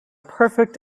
perfect